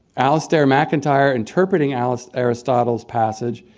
alasdair macintyre, interpreting ah ah so aristotle passage,